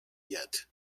yet